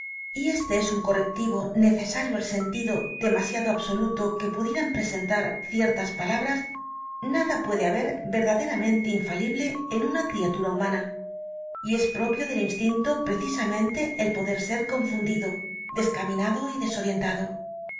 y este es un correctivo necesario al sentido demasiado absoluto que pudieran presentar ciertas palabras nada puede haber verdaderamente infalible en una criatura humana y es propio del instinto precisamente el poder ser confundido descaminado desorientado